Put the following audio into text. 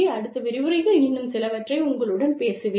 அடுத்த விரிவுரையில் இன்னும் சிலவற்றை உங்களுடன் பேசுவேன்